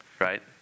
Right